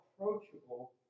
approachable